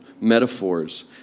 metaphors